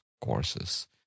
courses